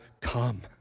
come